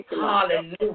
Hallelujah